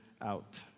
out